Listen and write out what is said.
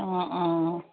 অঁ অঁ